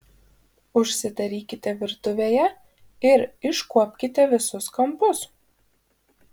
užsidarykite virtuvėje ir iškuopkite visus kampus